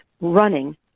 running